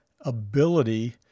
ability